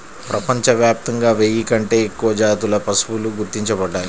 ప్రపంచవ్యాప్తంగా వెయ్యి కంటే ఎక్కువ జాతుల పశువులు గుర్తించబడ్డాయి